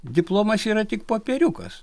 diplomas yra tik popieriukas